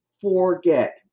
forget